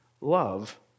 love